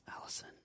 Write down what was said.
Allison